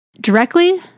directly